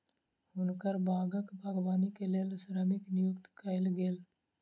हुनकर बागक बागवानी के लेल श्रमिक नियुक्त कयल गेल